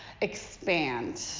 expand